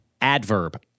Adverb